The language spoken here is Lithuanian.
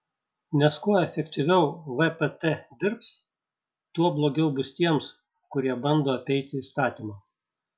nes kuo efektyviau vpt dirbs tuo blogiau bus tiems kurie bando apeiti įstatymą